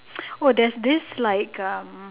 oh there's this like um